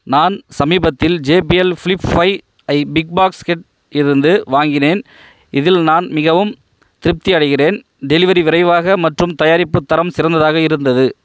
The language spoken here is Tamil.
நான் சமீபத்தில் ஜேபிஎல் ஃப்ளிப் ஃபை ஐ பிக்பாஸ்கெட் இருந்து வாங்கினேன் இதில் நான் மிகவும் திருப்தி அடைகிறேன் டெலிவரி விரைவாக மற்றும் தயாரிப்பு தரம் சிறந்ததாக இருந்தது